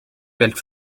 werd